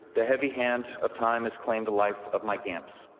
the heavy hand of time has claimed the life of my gamps.